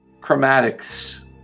chromatics